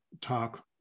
talk